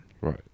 Right